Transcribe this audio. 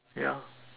yeah